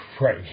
Right